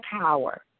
power